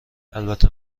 البته